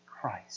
Christ